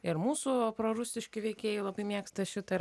ir mūsų prorusiški veikėjai labai mėgsta šitą ir